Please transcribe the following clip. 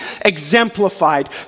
exemplified